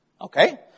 Okay